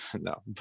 no